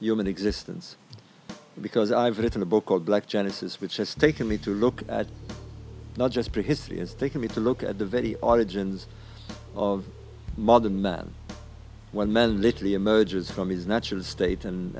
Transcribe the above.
human existence because i've written a book called black genesis which has taken me to look at not just prehistory it's taken me to look at the very odd agendas of modern men when men literally emerges from his natural state and